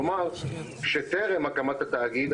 טרם הקמת התאגיד,